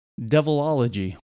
devilology